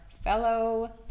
Fellow